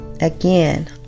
Again